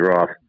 Roth